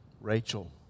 Rachel